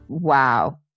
Wow